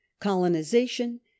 colonization